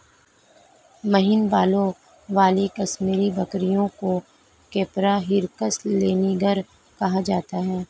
महीन बालों वाली कश्मीरी बकरियों को कैपरा हिरकस लैनिगर कहा जाता है